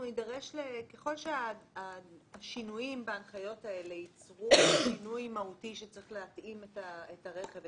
ככל שהשינויים בהנחיות האלה ייצרו שינוי מהותי שצריך להתאים את הרכב,